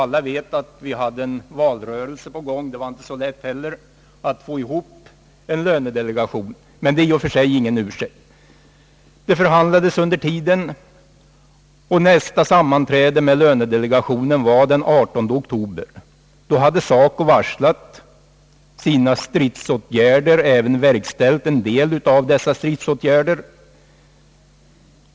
Alla vet också att en valrörelse pågick — det var inte så lätt att samla lönedelegationen just då; men det är i och för sig ingen ursäkt. Förhandlingarna pågick som sagt, och lönedelegationens nästa sammanträde hölls den 18 oktober. Då hade SACO varslat om sina stridsåtgärder och även verkställt en del av dem.